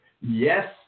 Yes